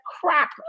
crap